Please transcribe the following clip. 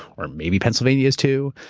or maybe pennsylvania is too,